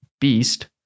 beast